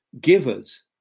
givers